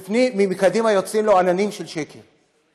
ומקדימה יוצאים לו עננים של שקר,